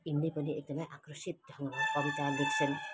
यिनले पनि एकदमै आक्रोसित ढङ्गमा कविता लेख्छन्